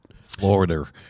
Florida